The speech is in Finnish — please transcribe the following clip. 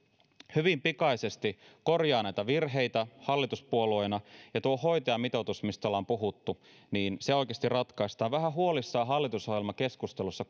hyvin pikaisesti korjaavat näitä virheitä hallituspuolueena ja että tuo hoitajamitoitus mistä ollaan puhuttu oikeasti ratkaistaan vähän huolissaan hallitusohjelmakeskustelussa